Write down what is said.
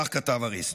כך כתב אריסטו.